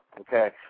Okay